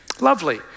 Lovely